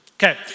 Okay